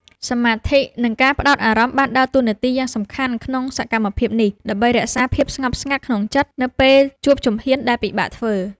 សមាធិ និងការផ្ដោតអារម្មណ៍បានដើរតួនាទីយ៉ាងសំខាន់ក្នុងសកម្មភាពនេះ ដើម្បីរក្សាភាពស្ងប់ស្ងាត់ក្នុងចិត្តនៅពេលជួបជំហានដែលពិបាកធ្វើ។